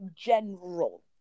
general